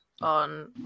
on